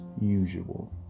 usual